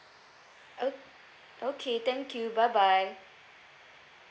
oh okay thank you bye bye